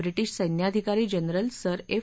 British सैन्याधिकारी general sir F